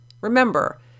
Remember